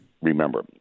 remember